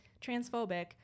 transphobic